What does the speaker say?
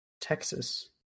Texas